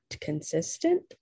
consistent